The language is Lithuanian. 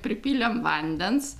pripylėm vandens